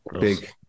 big